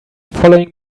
following